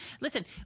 Listen